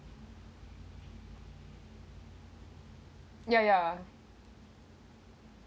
ya ya